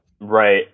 Right